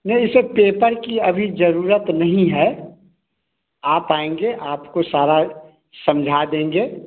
नहीं इ सब पेपर की अभी ज़रूरत नहीं है आप आएँगे आपको सारा समझा देंगे